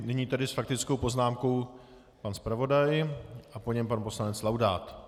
Nyní s faktickou poznámkou pan zpravodaj a po něm pan poslanec Laudát.